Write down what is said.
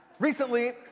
Recently